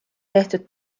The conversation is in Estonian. tehtud